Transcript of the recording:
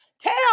tell